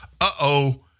uh-oh